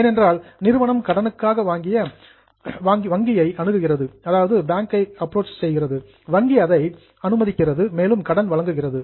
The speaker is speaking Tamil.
ஏனென்றால் நிறுவனம் கடனுக்காக வங்கியை அப்புரோச்செஸ் அணுகுகிறது வங்கி அதை சாங்சன்ஸ் அனுமதிக்கிறது மேலும் கடன் வழங்குகிறது